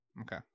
Okay